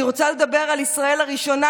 אני רוצה לדבר על ישראל הראשונה,